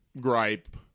gripe